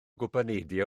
gwpaneidiau